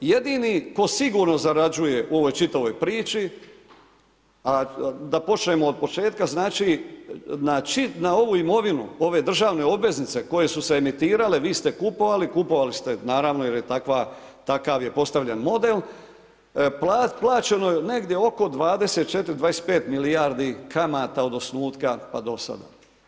Jedini tko sigurno zarađuje u ovoj čitavoj priči a da počnemo od početka, znači na ovu imovinu ove državne obveznice koje su se emitirale, vi ste kupovali, kupovali ste, naravno jer je takav je postavljen model, plaćeno je negdje oko 24, 25 milijardi kamata od osnutka pa do sada.